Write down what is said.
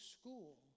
school